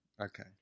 Okay